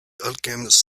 alchemist